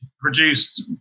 produced